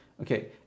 Okay